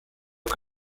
que